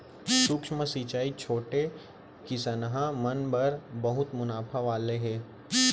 सूक्ष्म सिंचई छोटे किसनहा मन बर बहुत मुनाफा वाला हे